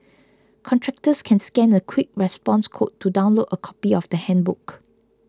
contractors can scan a quick response code to download a copy of the handbook